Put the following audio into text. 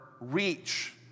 reach